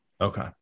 Okay